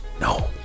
no